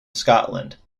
scotland